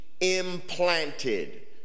implanted